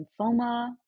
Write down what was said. lymphoma